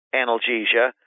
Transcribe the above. analgesia